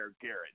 Garrett